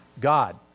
God